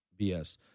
BS